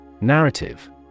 Narrative